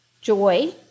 joy